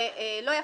חסדים.